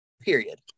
Period